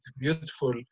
beautiful